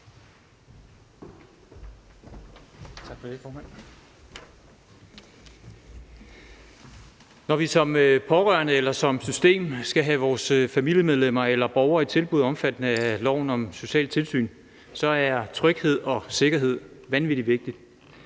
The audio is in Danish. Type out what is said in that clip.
Når vi som pårørende eller som system skal have vores familiemedlemmer eller borgere i et tilbud omfattet af loven om socialt tilsyn, så er tryghed og sikkerhed vanvittig vigtigt.